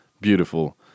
beautiful